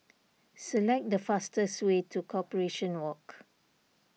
select the fastest way to Corporation Walk